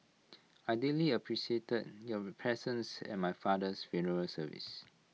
I deeply appreciated your presence at my father's funeral service